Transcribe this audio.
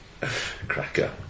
Cracker